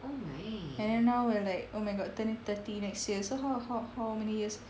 and then now we are like oh my god turning thirty next year so how how how many years